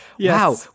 wow